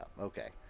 Okay